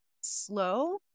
slow